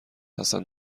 هستند